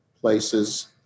places